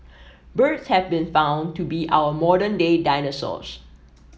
birds have been found to be our modern day dinosaurs